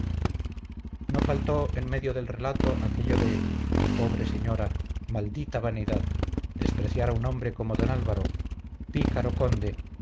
no faltó en medio del relato aquello de pobre señora maldita vanidad despreciar a un hombre como don álvaro pícaro conde